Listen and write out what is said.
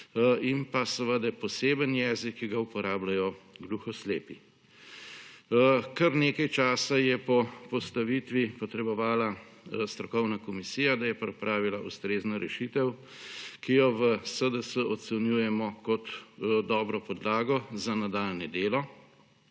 gluhonemi, in poseben jezik, ki ga uporabljajo gluhoslepi. Kar nekaj časa je po postavitvi potrebovala strokovna komisija, da je pripravila ustrezno rešitev, ki jo v SDS ocenjujemo kot dobro podlago za nadaljnje delo,